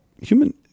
human